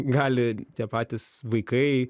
gali tie patys vaikai